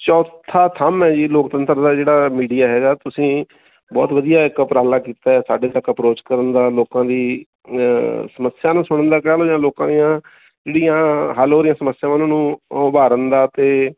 ਚੌਥਾ ਥੰਮ ਹੈ ਜੀ ਲੋਕਤੰਤਰ ਦਾ ਜਿਹੜਾ ਮੀਡੀਆ ਹੈਗਾ ਤੁਸੀਂ ਬਹੁਤ ਵਧੀਆ ਇੱਕ ਉਪਰਾਲਾ ਕੀਤਾ ਸਾਡੇ ਤੱਕ ਅਪਰੋਚ ਕਰਨ ਦਾ ਲੋਕਾਂ ਦੀ ਸਮੱਸਿਆ ਨੂੰ ਸੁਣਨ ਦਾ ਕਹਿ ਲਓ ਜਾਂ ਲੋਕਾਂ ਦੀਆਂ ਜਿਹੜੀਆਂ ਹੱਲ ਹੋ ਰਹੀਆਂ ਸਮੱਸਿਆਵਾਂ ਉਹਨਾਂ ਨੂੰ ਉਭਾਰਨ ਦਾ ਅਤੇ